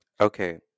Okay